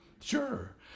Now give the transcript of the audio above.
sure